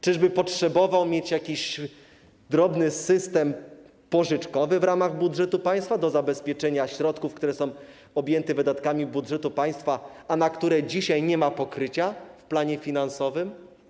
Czyżby potrzebny mu był jakiś drobny system pożyczkowy w ramach budżetu państwa do zabezpieczenia środków, które są objęte wydatkami budżetu państwa, a na które dzisiaj nie ma pokrycia w planie finansowym?